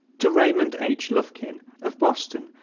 to raymond h. lufkin, of boston,